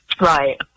Right